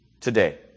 today